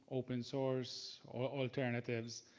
open source, alternatives.